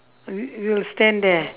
you~ you'll stand there